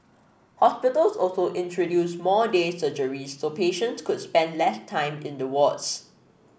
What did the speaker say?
hospitals also introduced more day surgeries so patient could spend less time in the wards